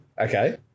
Okay